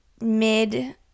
mid